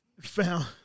found